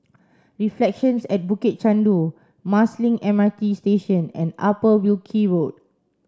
Reflections at Bukit Chandu Marsiling M R T Station and Upper Wilkie Road